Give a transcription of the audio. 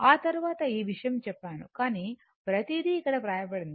ఆ తరువాత ఈ విషయం చెప్పాను కానీ ప్రతిదీ ఇక్కడ వ్రాయబడింది